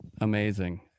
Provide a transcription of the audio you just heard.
amazing